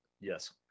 yes